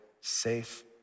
safe